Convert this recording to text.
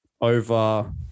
over